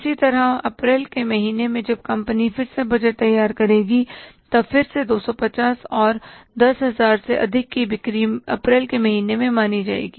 इसी तरह अप्रैल के महीने में जब कंपनी फिर से बजट तैयार करेगी तब फिर से 250 और 10 हजार से अधिक की बिक्री अप्रैल के महीने में मानी जाएगी